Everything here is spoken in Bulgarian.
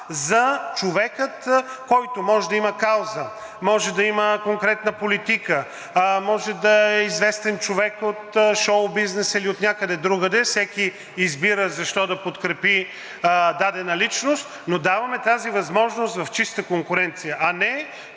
за човека, който може да има кауза, може да има конкретна политика, може да е известен човек от шоубизнеса или отнякъде другаде. Всеки избира защо да подкрепи дадена личност, но даваме тази възможност в чиста конкуренция. А не